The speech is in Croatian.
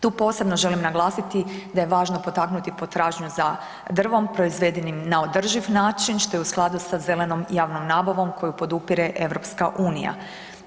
Tu posebno želim naglasiti da je važno potaknuti potražnju za drvom proizvedenim na održiv način što je u skladu sa zelenom javnom nabavom koju podupire Europska unija.